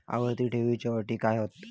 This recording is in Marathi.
आवर्ती ठेव च्यो अटी काय हत?